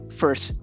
first